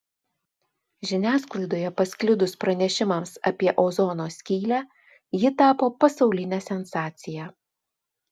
žiniasklaidoje pasklidus pranešimams apie ozono skylę ji tapo pasauline sensacija